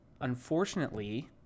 Unfortunately